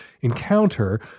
encounter